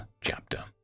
chapter